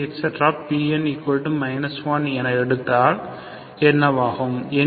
Pn 1 என எடுத்தால் என்னவாகும்